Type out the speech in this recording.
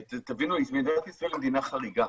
תבינו, מדינת ישראל היא מדינה חריגה.